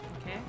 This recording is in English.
Okay